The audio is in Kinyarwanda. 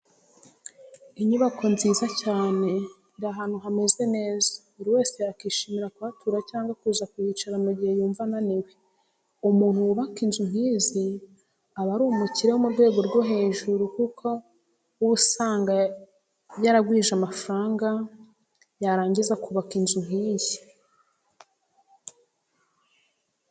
Inyubako nziza cyane iri ahantu hameze neza, buri wese yakwishimira kuhatura cyangwa kuza kuhicara mu gihe yumva ananiwe. Umuntu wubaka inzu nk'izi aba ari umukire wo ku rwego rwo hejuru kuko uba usanga yaragwije amafaranga yarangiza akubaka inzu nk'iyi.